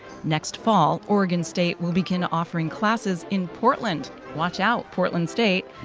next fall, oregon state will begin offering classes inportland. watch out, portland state.